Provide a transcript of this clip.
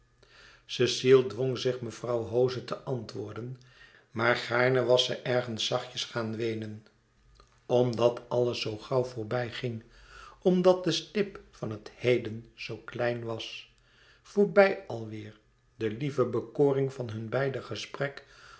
cecile dwong zich mevrouw hoze te antwoorden maar gaarlouis couperus extaze een boek van geluk ne was ze ergens zachtjes gaan weenen omdat alles zoo gauw voorbij ging omdat de stip van het heden zoo klein was voorbij alweêr de lieve bekoring van hun beider gesprek